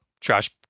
trash